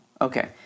Okay